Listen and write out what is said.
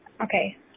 Okay